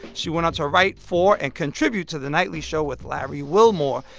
she went on to write for and contribute to the nightly show with larry wilmore.